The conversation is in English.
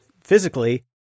physically